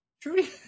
Trudy